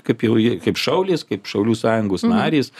kaip jau ji kaip šaulės kaip šaulių sąjungos narės